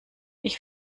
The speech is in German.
ich